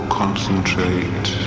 concentrate